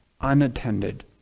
unattended